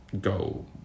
go